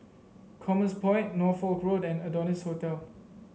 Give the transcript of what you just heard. Commerce Point Norfolk Road and Adonis Hotel